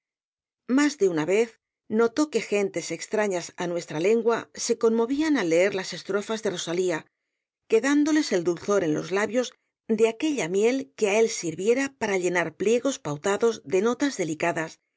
más de una epílogo sentimental vez notó que gentes extrañas á nuestra lengua se conmovían al leer las estrofas de rosalía quedándoles el dulzor en los labios de aquella miel que á él sirviera para llenar pliegos pautados de notas delicadas